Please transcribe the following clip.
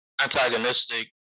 antagonistic